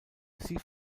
sie